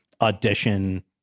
audition